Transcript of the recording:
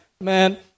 Man